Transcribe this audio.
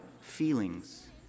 feelings